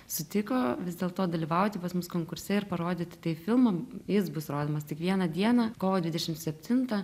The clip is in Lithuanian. sutiko vis dėl to dalyvauti pas mus konkurse ir parodyti tai filmam jis bus rodomas tik vieną dieną kovo dvidešimt septintą